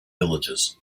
villages